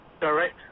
direct